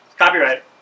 Copyright